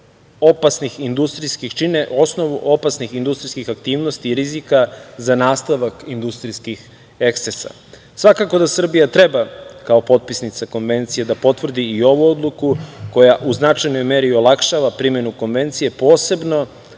opasne supstance koje šire osnovu opasnih industrijskih aktivnosti i rizika za nastavak industrijskih ekscesa. Svakako da Srbija treba kao potpisnica Konvencije da potvrdi i ovu odluku koja u značajnoj meri olakšava primenu Konvencije, posebno